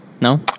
No